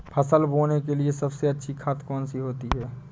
फसल बोने के लिए सबसे अच्छी खाद कौन सी होती है?